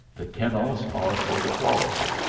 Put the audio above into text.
the kennels are for the quality.